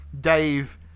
Dave